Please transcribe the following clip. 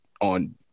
on